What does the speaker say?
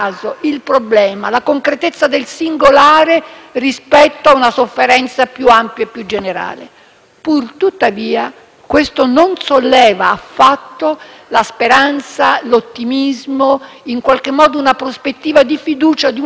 rispetto a una sofferenza più ampia e più generale. Tuttavia, questo non alimenta affatto la speranza, l'ottimismo, una prospettiva di fiducia in un futuro che si sia tradotto, nei fatti,